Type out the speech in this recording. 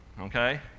okay